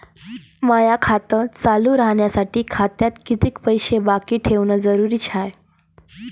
माय खातं चालू राहासाठी खात्यात कितीक पैसे बाकी ठेवणं जरुरीच हाय?